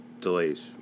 delays